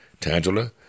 Tangela